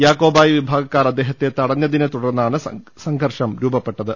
യാക്കോബായ വിഭാഗക്കാർ അദ്ദേഹത്തെ തടഞ്ഞ തിനെ തുടർന്നാണ് സംഘർഷം രൂപപ്പെട്ടത്